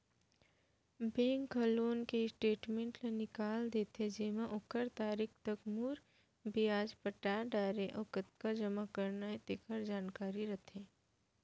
bank ह loan के statement ल निकाल के देथे जेमा ओ तारीख तक मूर, बियाज पटा डारे हे अउ कतका जमा करना हे तेकर जानकारी रथे